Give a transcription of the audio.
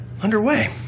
underway